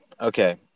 okay